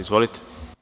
Izvolite.